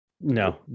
no